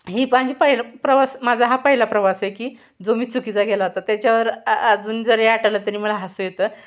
ही माझी पहिलं प्रवास माझा हा पहिला प्रवास आहे की जो मी चुकीचा गेला होता त्याच्यावर अजून जरी आठवलं तरी मला हसू येतं